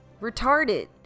retarded